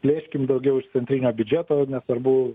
plėškim daugiau iš centrinio biudžeto nesvarbu